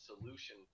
solution